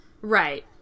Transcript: Right